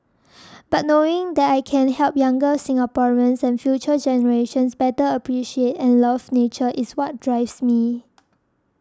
but knowing that I can help younger Singaporeans and future generations better appreciate and love nature is what drives me